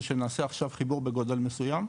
זה שנעשה עכשיו חיבור בגודל מסוים,